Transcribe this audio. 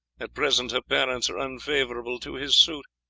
at present her parents are unfavourable to his suit,